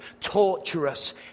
torturous